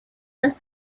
los